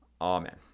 Amen